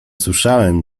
słyszałem